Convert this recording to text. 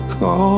go